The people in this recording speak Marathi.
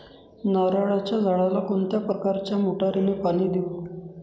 नारळाच्या झाडाला कोणत्या प्रकारच्या मोटारीने पाणी देऊ?